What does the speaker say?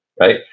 right